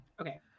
okay